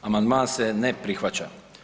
Amandman se ne prihvaća.